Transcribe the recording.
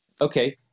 okay